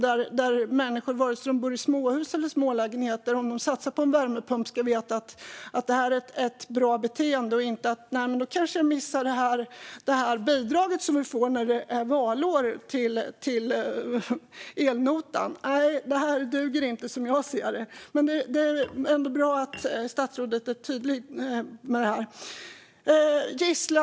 Människor ska veta, oavsett om de bor i småhus eller i smålägenheter, att om de satsar på en värmepump är det ett bra beteende och inte känna att de kanske missar bidraget till elnotan som de kan få när det är valår. Nej, det här duger inte, som jag ser det. Men det är ändå bra att statsrådet är tydlig med det här.